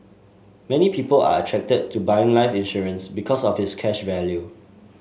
many people are attracted to buying life insurance because of its cash value